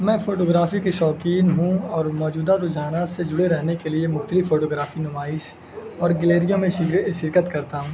میں فوٹوگرافی کی شوقین ہوں اور موجودہ رجحات سے جڑے رہنے کے لیے مختلف فوٹوگرافی نمائش اور گلیریاں میں شرکت کرتا ہوں